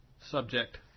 subject